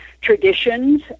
traditions